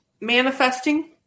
manifesting